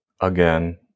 again